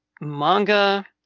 manga